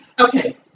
okay